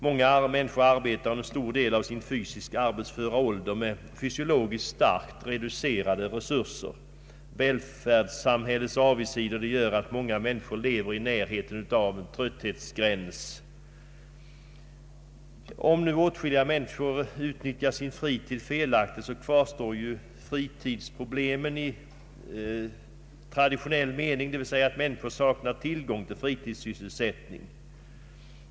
Många människor arbetar under en stor del av sin fysiskt arbetsföra ålder med fysiologiskt starkt reducerade resurser. Välfärdssamhällets avigsidor medför att många människor lever i närheten av en trötthetsgräns. Om nu åtskilliga människor utnyttjar sin fritid felaktigt, så kvarstår fritidsproblemen i traditionell mening, d. v. s. att människor saknar tillgång till fritidssysselsättning.